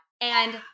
and-